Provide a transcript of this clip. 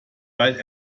weil